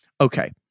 okay